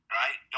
right